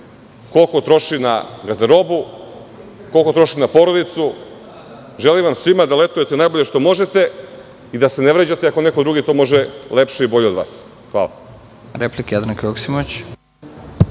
koliko troši na garderobu, koliko troši na porodicu. Želim vam svima da letujete najbolje što možete i da se ne vređate ako neko drugi to može lepše i bolje od vas. Hvala.